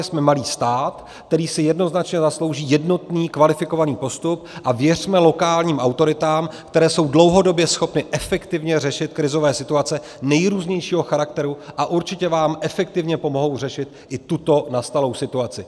Jsme malý stát, který si jednoznačně zaslouží jednotný kvalifikovaný postup, a věřme lokálním autoritám, které jsou dlouhodobě schopny efektivně řešit krizové situace nejrůznějšího charakteru a určitě vám efektivně pomohou řešit i tuto nastalou situaci.